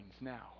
now